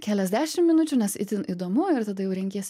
keliasdešim minučių nes itin įdomu ir tada jau rengies